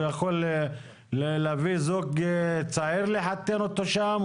הוא יכול להביא זוג צעיר, לחתן אותו שם.